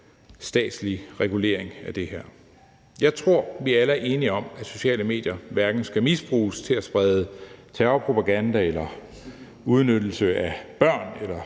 statslige regulering af det her. Jeg tror, at vi alle er enige om, at sociale medier hverken skal misbruges til at sprede terrorpropaganda, til udnyttelse af børn eller